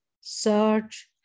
search